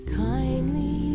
kindly